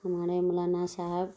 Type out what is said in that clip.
ہمارے مولانا صاحب